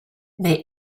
they